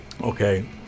okay